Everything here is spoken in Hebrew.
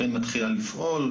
מתחילה לפעול.